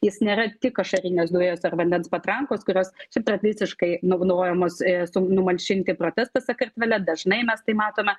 jis nėra tik ašarinės dujos ar vandens patrankos kurios šiaip tradiciškai naudojamos su numalšinti protestus sakartvele dažnai mes tai matome